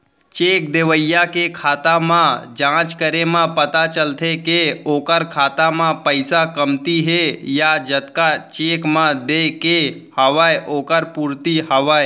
cheque देवइया के खाता म जाँच करे म पता चलथे के ओखर खाता म पइसा कमती हे या जतका चेक म देय के हवय ओखर पूरति हवय